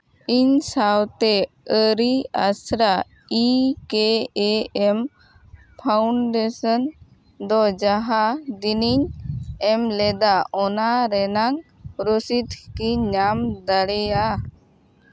ᱤᱧ ᱥᱟᱶᱛᱮ ᱟᱹᱨᱤ ᱟᱥᱲᱟ ᱤ ᱠᱮ ᱮ ᱮᱢ ᱯᱷᱟᱣᱩᱱᱰᱮᱥᱮᱱ ᱫᱚ ᱡᱟᱦᱟᱸ ᱫᱤᱱᱤᱧ ᱮᱢ ᱞᱮᱫᱟ ᱚᱱᱟ ᱨᱮᱱᱟᱜ ᱨᱚᱥᱤᱫ ᱠᱤᱧ ᱧᱟᱢ ᱫᱟᱲᱮᱭᱟᱜᱼᱟ